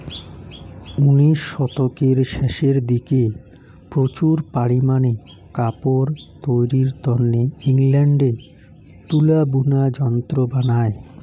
উনিশ শতকের শেষের দিকে প্রচুর পারিমানে কাপড় তৈরির তন্নে ইংল্যান্ডে তুলা বুনা যন্ত্র বানায়